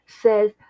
says